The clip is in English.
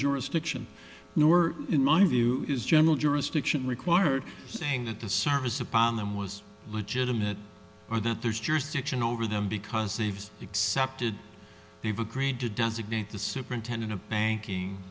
jurisdiction nor in my view is general jurisdiction required saying that the service upon them was legitimate or that there's jurisdiction over them because they've accepted they've agreed to does again the superintendent of banking